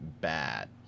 bad